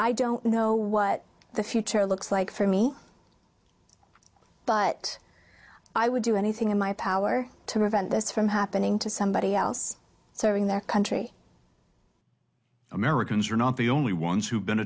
i don't know what the future looks like for me but i would do anything in my power to prevent this from happening to somebody else serving their country americans are not the only ones who've been